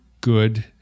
good